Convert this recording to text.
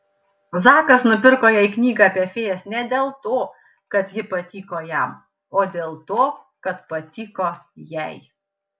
zakas nupirko jai knygą apie fėjas ne dėl to kad ji patiko jam o dėl to kad patiko jai